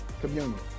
communion